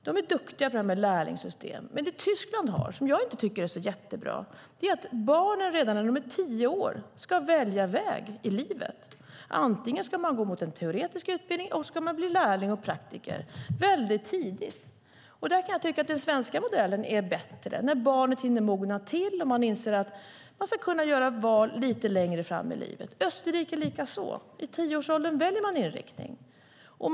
De är duktiga på lärlingssystem. Men vad Tyskland har, som jag inte tycker är så bra, är ett system där barnen redan när de är tio år ska välja väg i livet. Antingen ska barnet gå mot en teoretisk utbildning eller bli lärling och praktiker. Valet ska ske tidigt. Där tycker jag att den svenska modellen är bättre. Barnet hinner mogna och kan göra val lite längre fram i livet. Även i Österrike ska barnet välja inriktning i tioårsåldern.